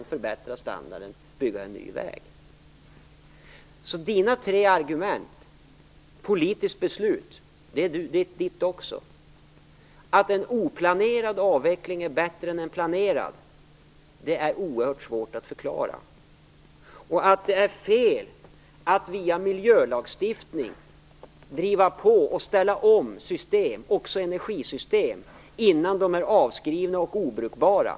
Mikael Odenbergs tre argument är alltså för det första att det här skulle vara ett politiskt beslut. Det är Mikael Odenbergs också. För det andra skulle en oplanerad avveckling vara bättre än en planerad. Det är oerhört svårt att förklara. För det tredje skulle det vara fel att via miljölagstiftning driva på och ställa om system, också energisystem, innan de är avskrivna och obrukbara.